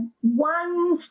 one